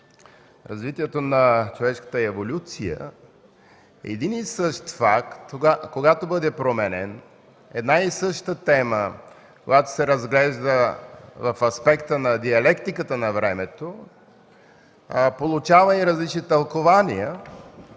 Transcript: развитието на човешката еволюция един и същи факт, когато бъде променен, една и съща тема, когато се разглежда в аспекта на диалектиката на времето, получава и различни тълкувания,